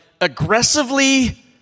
aggressively